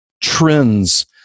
trends